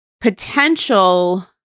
potential